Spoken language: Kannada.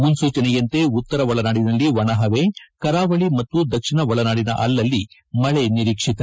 ಮುನ್ಲೂಚನೆಯಂತೆ ಉತ್ತರ ಒಳನಾಡಿನಲ್ಲಿ ಒಣಹವೆ ಕರಾವಳಿ ಹಾಗೂ ದಕ್ಷಿಣ ಒಳನಾಡಿನ ಅಲಲ್ಲಿ ಮಳೆ ನಿರೀಕ್ಷಿತ